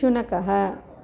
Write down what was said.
शुनकः